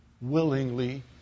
willingly